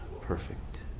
perfect